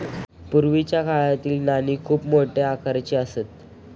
पूर्वीच्या काळातील नाणी खूप मोठ्या आकाराची असत